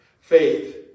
faith